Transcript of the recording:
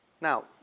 Now